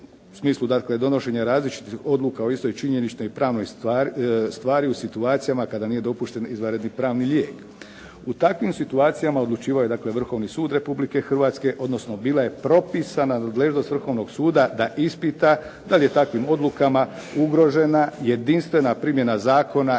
u smislu, dakle donošenja različitih odluka o istoj činjeničnoj i pravnoj stvari u situacijama kada nije dopušten izvanredni pravni lijek. U takvim situacijama odlučivao je, dakle Vrhovni sud Republike Hrvatske, odnosno bila je propisana nadležnost Vrhovnog suda da ispita da li je takvim odlukama ugrožena jedinstvena primjena zakona